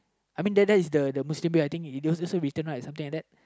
I mean that that's the the Muslim way I think it is also written right something like that